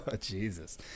jesus